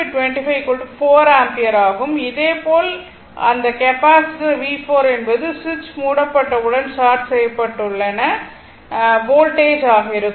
இதே போல் அதேபோல் இந்த கெப்பாசிட்டர் V4 என்பது சுவிட்ச் மூடப்பட்ட உடன் ஷார்ட் செய்யப்பட்டுள்ள வோல்டேஜ் ஆக இருக்கும்